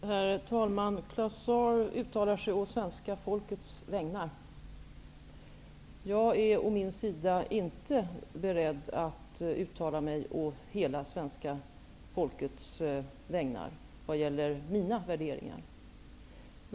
Herr talman! Claus Zaar uttalar sig å svenska folkets vägnar. Jag är å min sida inte beredd att uttala mig å hela svenska folkets vägnar vad gäller mina värderingar.